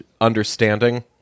understanding